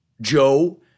Joe